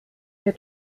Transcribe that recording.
der